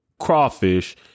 crawfish